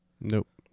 Nope